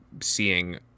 seeing